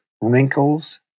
wrinkles